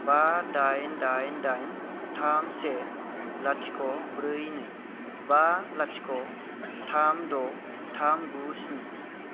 बा दाइन दाइन दाइन थाम से लाथिख' ब्रै नै बा लाथिख' थाम द' थाम गु स्नि